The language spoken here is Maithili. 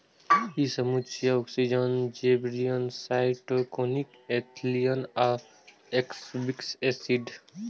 ई समूह छियै, ऑक्सिन, जिबरेलिन, साइटोकिनिन, एथिलीन आ एब्सिसिक एसिड